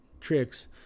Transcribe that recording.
tricks